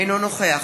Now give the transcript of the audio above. אינו נוכח